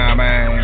man